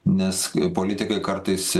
nes politikai kartais